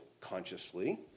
consciously